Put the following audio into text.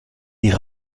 die